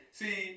see